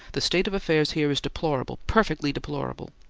the state of affairs here is deplorable, perfectly deplorable!